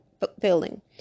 fulfilling